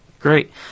Great